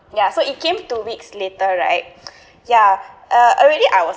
ya so it came two weeks later right ya uh already I was